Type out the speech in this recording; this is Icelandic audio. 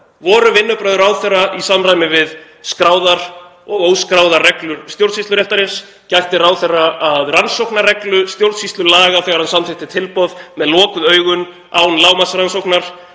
Voru vinnubrögð ráðherra í samræmi við skráðar og óskráðar reglur stjórnsýsluréttarins? Gætti ráðherra að rannsóknarreglu stjórnsýslulaga þegar hann samþykkti tilboð með lokuð augun án lágmarksrannsóknar?